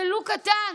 ולו קטן,